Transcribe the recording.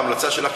בהמלצה שלך,